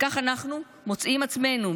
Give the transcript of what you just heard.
וכך אנחנו מוצאים את עצמנו,